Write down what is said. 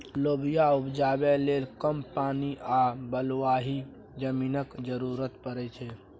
लोबिया उपजाबै लेल कम पानि आ बलुआही जमीनक जरुरत परै छै